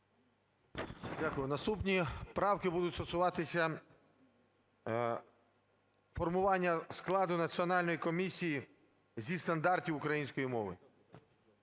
Дякую. Наступні правки будуть стосуватися формування складу Національної комісії зі стандартів української мови.